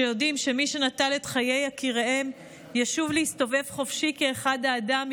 שיודעים שמי שנטל את חיי יקיריהם ישוב להסתובב חופשי כאחד האדם,